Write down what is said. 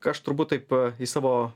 ką aš turbūt taip į savo